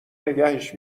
نگهش